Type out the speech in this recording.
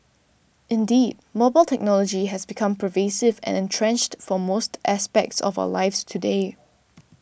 indeed mobile technology has become pervasive and entrenched for most aspects of our lives today